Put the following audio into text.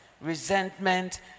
resentment